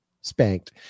spanked